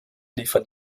liefern